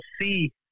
see